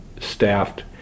staffed